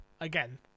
Again